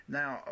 now